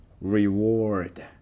Reward